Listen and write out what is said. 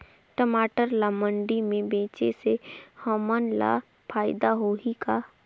टमाटर ला मंडी मे बेचे से हमन ला फायदा होही का?